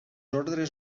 ordres